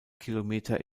kilometer